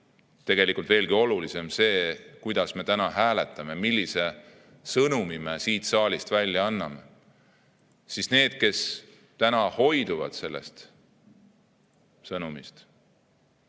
tegelikult on veelgi olulisem see, kuidas me täna hääletame, millise sõnumi me siit saalist välja anname – nendele, kes täna hoiduvad sellest sõnumist,